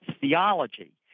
theology